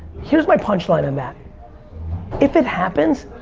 here's my punchline on that if it happens,